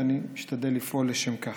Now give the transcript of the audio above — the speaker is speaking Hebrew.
ואני משתדל לפעול לשם כך.